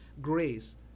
grace